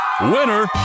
Winner